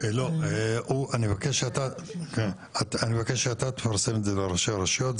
אני מבקש שאתה תפרסם את זה לראשי הרשויות.